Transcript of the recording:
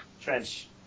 trench